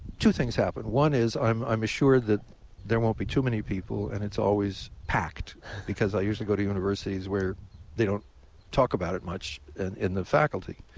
two things happen. one is i'm i'm assured that there won't be too many people, and it's always packed because i usually go to universities where they don't talk about it much and in the faculty.